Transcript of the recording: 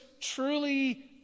truly